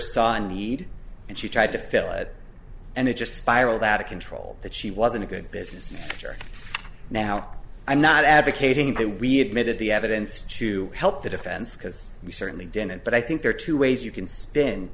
need and she tried to fill it and it just spiraled out of control that she wasn't a good businessman now i'm not advocating that we admitted the evidence to help the defense because we certainly didn't but i think there are two ways you can spin